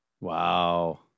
Wow